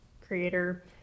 creator